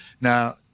Now